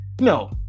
No